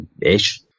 ish